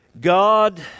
God